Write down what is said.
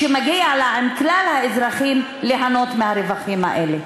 ומגיע לכלל האזרחים ליהנות מהרווחים האלה.